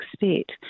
expect